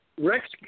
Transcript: Rex